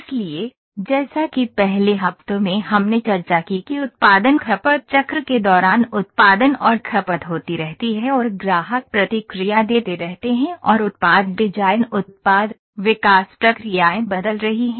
इसलिए जैसा कि पहले हफ्तों में हमने चर्चा की कि उत्पादन खपत चक्र के दौरान उत्पादन और खपत होती रहती है और ग्राहक प्रतिक्रिया देते रहते हैं और उत्पाद डिजाइन उत्पाद विकास प्रक्रियाएं बदल रही हैं